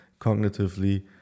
cognitively